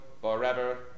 forever